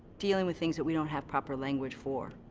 dealing with things that we don't have proper language for.